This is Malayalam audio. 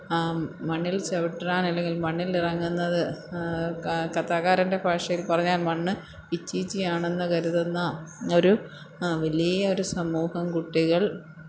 മണ്ണില് ചവിട്ടാനല്ലെങ്കില് മണ്ണിലിറങ്ങുന്നത് കഥാകാരന്റെ ഭാഷയില് പറഞ്ഞാല് മണ്ണ് ഇച്ചീച്ചിയാണെന്ന് കരുതുന്ന ഒരു വലിയൊരു സമൂഹം കുട്ടികള്